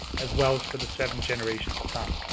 as well as for the seventh generation to come.